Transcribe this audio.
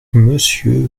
monsieur